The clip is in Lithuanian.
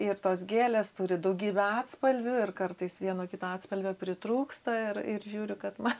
ir tos gėlės turi daugybę atspalvių ir kartais vieno kito atspalvio pritrūksta ir ir žiūriu kad man